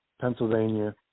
Pennsylvania